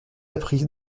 appris